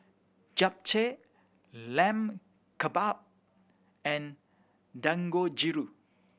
Japchae Lamb Kebab and Dangojiru